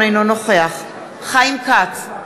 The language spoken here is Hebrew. אינו נוכח חיים כץ,